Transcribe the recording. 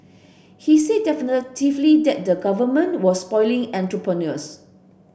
he said definitively that the Government was spoiling entrepreneurs